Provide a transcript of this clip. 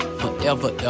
forever